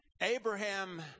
Abraham